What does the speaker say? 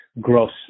gross